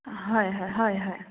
হয় হয় হয় হয়